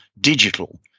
digital